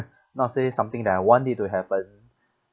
not say something that I want it to happen